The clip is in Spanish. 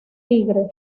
tigre